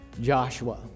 Joshua